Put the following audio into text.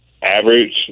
Average